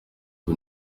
ubu